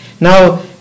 Now